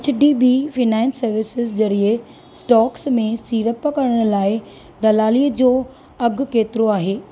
H D B finance services ज़रिए stocks में सीड़प करण लाइ दलालीअ जो अघु केतिरो आहे